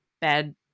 bad